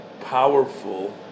powerful